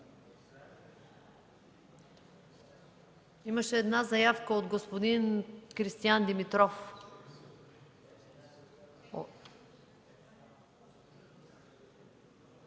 Имаше една заявка от господин Кристиян Димитров.